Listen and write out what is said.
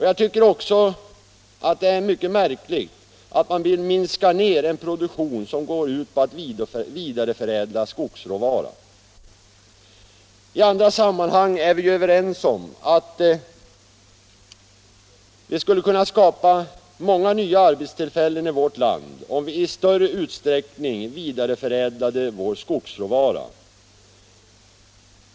Jag tycker dessutom att det är mycket märkligt att man vill minska en produktion som går ut på att vidareförädla skogsråvara. I andra sammanhang är vi ju överens om att vi skulle kunna skapa många nya arbetstillfällen i vårt land om vi i större utsträckning vidareförädlade vår skogsråvara.